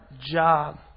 job